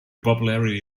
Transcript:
popularity